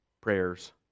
prayers